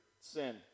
sin